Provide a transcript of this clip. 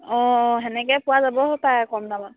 অঁ অঁ তেনেকৈ পোৱা যাব হপায় কম দামত